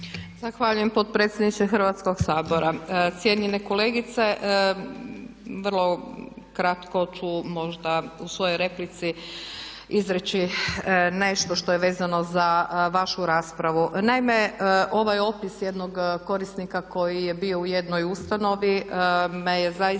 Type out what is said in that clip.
Zahvaljujem potpredsjedniče Hrvatskog sabora. Cijenjena kolegice vrlo kratko ću možda u svojoj replici izreći nešto što je vezano za vašu raspravu. Naime, ovaj opis jednog korisnika koji je bio u jednoj ustanovi me je zaista